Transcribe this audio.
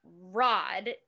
rod